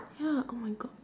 ya oh my god